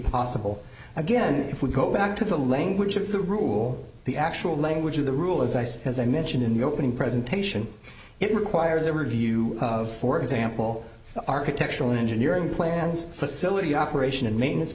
possible again if we go back to the language of the rule the actual language of the rule as i said as i mentioned in the opening presentation it requires a review of for example architectural engineering plans facility operation and maintenance